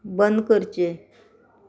बंद करचें